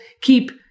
keep